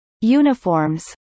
uniforms